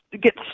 get